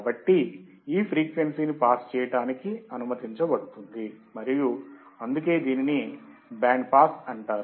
కాబట్టి ఈ ఫ్రీక్వెన్సీని పాస్ చేయడానికి అనుమతించబడుతుంది మరియు అందుకే దీనిని బ్యాండ్ పాస్ అంటారు